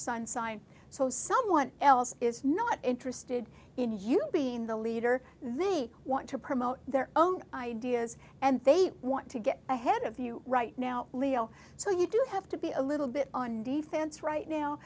sun sign so someone else is not interested in you being the leader they want to promote their own ideas and they want to get ahead of you right now leo so you do have to be a little bit on the fence right now